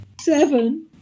Seven